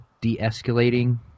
de-escalating